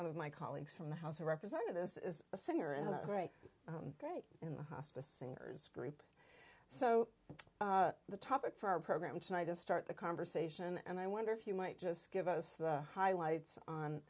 one of my colleagues from the house of representatives is a singer and a great great in the hospice singers group so that's the topic for our program tonight to start the conversation and i wonder if you might just give us the highlights on